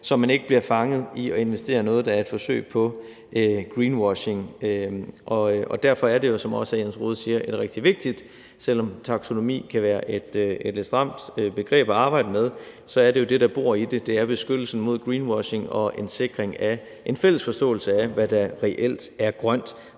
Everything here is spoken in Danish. så man ikke bliver fanget i at investere i noget, der er et forsøg på greenwashing, og derfor er det jo, som også hr. Jens Rohde siger, rigtig vigtigt. Selv om taksonomi kan være et lidt stramt begreb at arbejde med, er det jo det, det handler om, altså beskyttelsen imod greenwashing og en sikring af en fælles forståelse af, hvad der reelt er grønt,